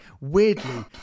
weirdly